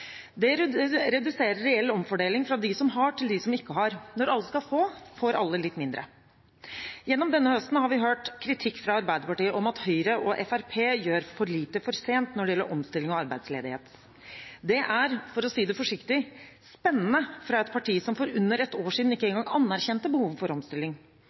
det mest, og mindre for oss som kan og bør klare oss selv. Det reduserer reell omfordeling fra dem som har, til dem som ikke har. Når alle skal få, får alle litt mindre. Gjennom denne høsten har vi hørt kritikk fra Arbeiderpartiet om at Høyre og Fremskrittspartiet gjør for lite, for sent, når det gjelder omstilling og arbeidsledighet. Det er, for å si det forsiktig, spennende fra et parti som for under et år